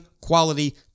quality